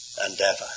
endeavor